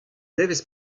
devezh